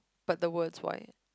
but the words white